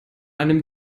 einem